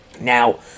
Now